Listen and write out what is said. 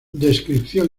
descripción